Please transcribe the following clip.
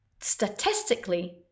statistically